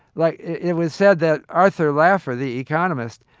like, it was said that arthur laffer, the economist,